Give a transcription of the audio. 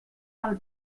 del